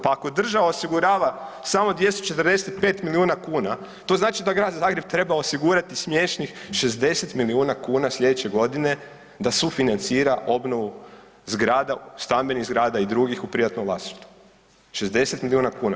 Pa ako država osigurava samo 235 milijuna kuna, to znači da Grad Zagreb treba osigurati smiješnih 60 milijuna kuna sljedeće godine da sufinancira obnovu zgrada, stambenih zgrada i drugih u privatnom vlasništvu, 60 milijuna kuna.